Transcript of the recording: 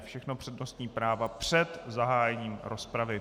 Všechno přednostní práva před zahájením rozpravy.